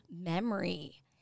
memory